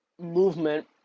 movement